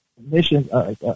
mission